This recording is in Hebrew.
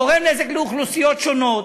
גורם נזק לאוכלוסיות שונות?